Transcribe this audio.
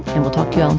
and we'll talk to um